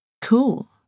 cool